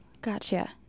Gotcha